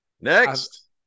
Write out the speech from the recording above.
Next